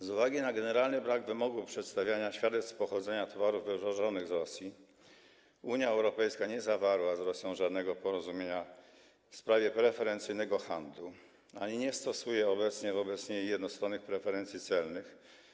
Z uwagi na generalny brak wymogu przedstawiania świadectw pochodzenia towarów wywożonych z Rosji Unia Europejska nie zawarła z Rosją żadnego porozumienia w sprawie preferencyjnego handlu ani nie stosuje obecnie wobec niej jednostronnych preferencji celnych.